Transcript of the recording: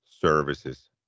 services